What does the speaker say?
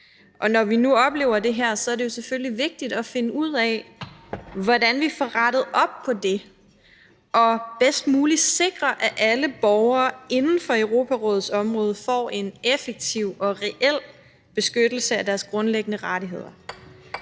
når vi nu oplever det her, er det selvfølgelig vigtigt at finde ud af, hvordan vi får rettet op på det og bedst muligt sikrer, at alle borgere inden for Europarådets område får en effektiv og reel beskyttelse af deres grundlæggende rettigheder.